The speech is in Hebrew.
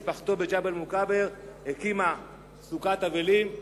משפחתו בג'בל-מוכבר הקימה סוכת אבלים,